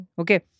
Okay